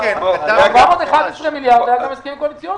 411 מיליארד היה בהסכמים קואליציוניים.